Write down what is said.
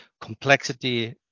complexity